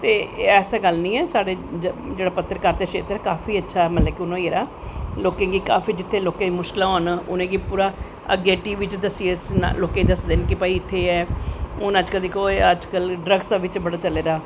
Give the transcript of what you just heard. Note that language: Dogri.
ते ऐसी गल्ल नी ऐ साढ़ी जेह्ड़ी पत्तरकारिता क्षेत्र काफी अच्छा मतलव कि हून होई गेदा लोकें गी काफी जित्थें लोकें गी मुश्कलां आंन उत्थें पूरा अग्गैं टी च लोकें गी दसदे न कि इत्थें एह् ऐ हून अज्ज कल दिक्खो ड्रगस बिच्च बड़ा चले दा ऐ